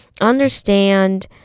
understand